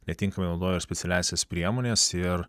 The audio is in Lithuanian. netinkamai naudojo specialiąsias priemones ir